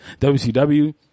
WCW